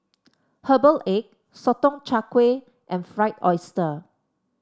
Herbal Egg Sotong Char Kway and Fried Oyster